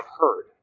heard